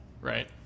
right